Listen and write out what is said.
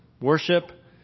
worship